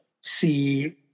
see